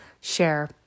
share